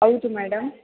ಹೌದು ಮೇಡಮ್